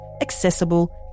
accessible